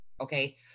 okay